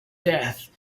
death